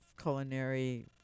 culinary